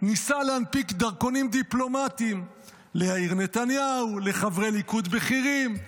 ניסה להנפיק דרכונים דיפלומטיים ליאיר נתניהו ולחברי ליכוד בכירים.